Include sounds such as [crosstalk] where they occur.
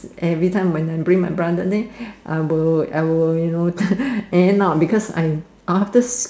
every time when I bring my brother there I will I will you know [breath] end up because after